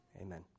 amen